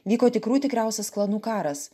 vyko tikrų tikriausias klanų karas